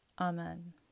Amen